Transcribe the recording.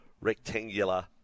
rectangular